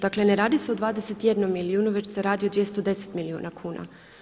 Dakle ne radi se 21 milijunu već se radi o 210 milijuna kuna.